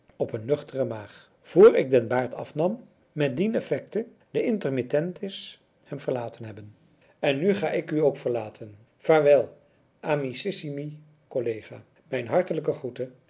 op een nuchtere maag vr ik den baard afnam met dien effecte de intermittentis hem verlaten hebben en nu ga ik ook u verlaten vaarwel amicissimi collega mijne hartelijke groete